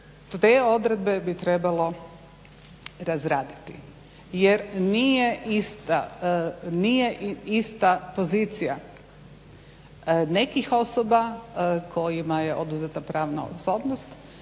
te odredbe bi trebalo razraditi jer nije ista pozicija nekih osoba kojima je oduzeta pravna sposobnost